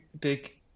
big